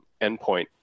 endpoint